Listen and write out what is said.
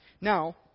Now